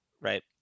right